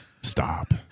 Stop